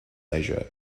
asia